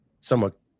somewhat